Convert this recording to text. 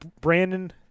brandon